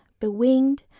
bewinged